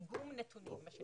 מה שנקרא איגום נתונים.